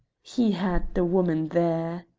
he had the woman there!